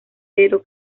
pero